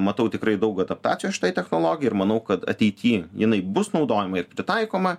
matau tikrai daug adaptacijos šitai technologijai ir manau kad ateity jinai bus naudojama ir pritaikoma